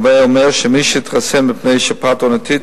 הווי אומר שמי שהתחסן מפני שפעת עונתית,